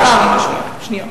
רגע, שנייה.